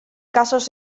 casos